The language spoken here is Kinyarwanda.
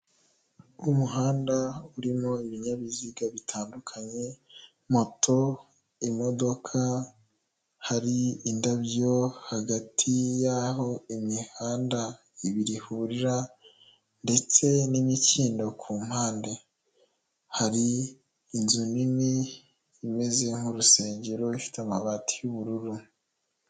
Umuhanda urimo ibinyabiziga bitandukanye moto, imodoka, hari indabyo hagati y'aho imihanda ibiri ihurira ndetse n'imikindo ku mpande, hari inzu nini imeze nk'urusengero ifite amabati y'ubururu.